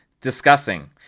discussing